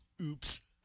oops